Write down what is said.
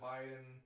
Biden